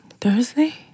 Thursday